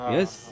Yes